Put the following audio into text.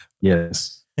Yes